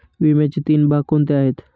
विम्याचे तीन भाग कोणते आहेत?